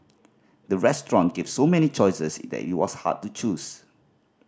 the restaurant gave so many choices that it was hard to choose